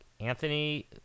Anthony